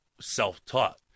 self-taught